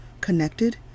connected